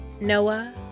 Noah